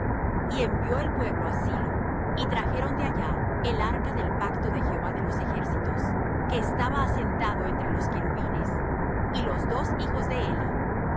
y envió el pueblo á silo y trajeron de allá el arca del pacto de jehová de los ejércitos que estaba asentado entre los querubines y los dos hijos de eli ophni y